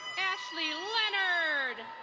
ashley leonard.